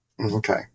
Okay